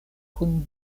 kun